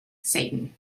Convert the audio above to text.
satan